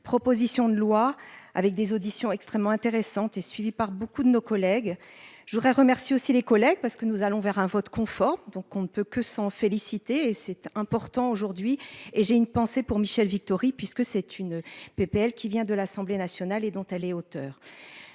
Proposition de loi avec des auditions extrêmement intéressant et suivi par beaucoup de nos collègues, je voudrais remercier aussi les collègues parce que nous allons vers un vote conforme, donc on ne peut que s'en féliciter et c'est important aujourd'hui et j'ai une pensée pour Michèle Victory puisque c'est une PPL qui vient de l'Assemblée nationale et dont elle auteur.